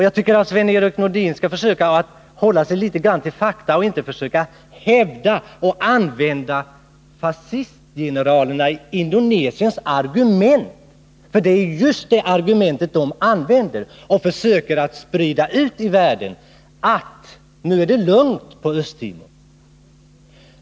Jag tycker att Sven-Erik Nordin skulle försöka hålla sig litet grand till fakta och inte använda fascistgeneralernas i Indonesien argument — för det argument de försöker sprida ut i världen är just att nu är det lugnt på Östtimor.